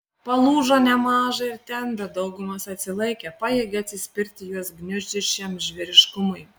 palūžo nemaža ir ten bet daugumas atsilaikė pajėgė atsispirti juos gniuždžiusiam žvėriškumui